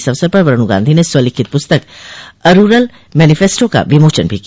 इस अवसर पर वरूण गांधी ने स्वलिखित पुस्तक ए रूरल मैनिफैस्टो का विमोचन भी किया